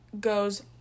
goes